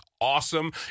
awesome